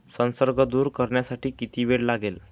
संसर्ग दूर करण्यासाठी किती वेळ लागेल?